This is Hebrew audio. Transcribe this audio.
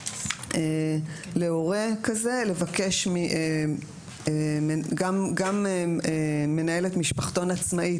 להורה כזה לבקש גם מנהלת משפחתון עצמאית,